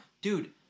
Dude